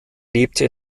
lebte